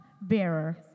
bearer